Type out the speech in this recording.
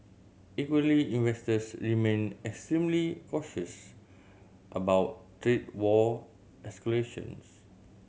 equally investors remain extremely cautious about trade war escalations